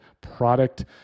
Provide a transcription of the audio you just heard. product